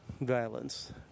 violence